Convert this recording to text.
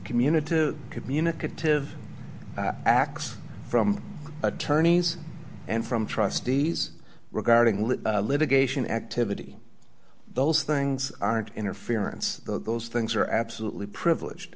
community to communicative acts from attorneys and from trustees regarding live litigation activity those things aren't interference those things are absolutely privileged